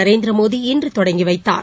நரேந்திர மோடி இன்று தொடங்கி வைத்தார்